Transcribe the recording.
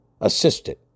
assisted